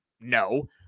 No